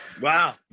wow